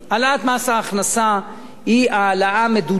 העלאת מס ההכנסה היא העלאה מדודה,